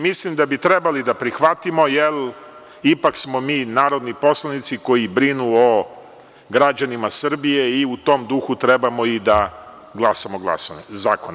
Mislim da bi trebali da prihvatimo, jer ipak smo mi narodni poslanici koji brinu o građanima Srbije i u tom duhu treba daglasamo zakone.